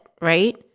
right